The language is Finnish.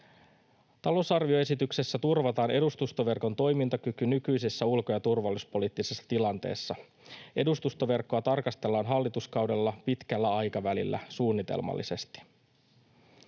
Talousarvioesityksessä turvataan edustustoverkon toimintakyky nykyisessä ulko- ja turvallisuuspoliittisessa tilanteessa. Edustustoverkkoa tarkastellaan hallituskaudella pitkällä aikavälillä suunnitelmallisesti.